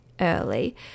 early